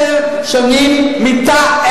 שיענה.